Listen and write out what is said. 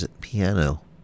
piano